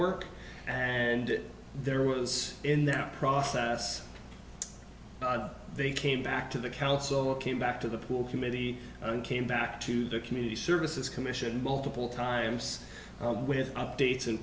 work and it there was in that process they came back to the council came back to the pool committee on came back to the community services commission multiple times with updates